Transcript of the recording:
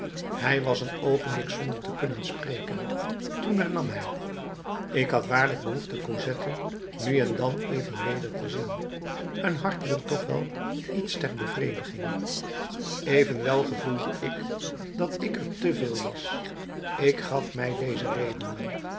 hij was een oogenblik zonder te kunnen spreken toen hernam hij ik had waarlijk behoefte cosette nu en dan even weder te zien een hart wil toch wel iets ter bevrediging evenwel gevoelde ik dat ik er te veel was ik gaf mij deze redenen